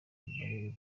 buri